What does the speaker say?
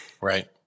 Right